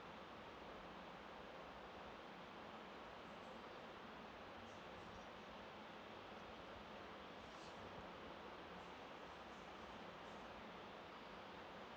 um